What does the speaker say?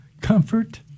comfort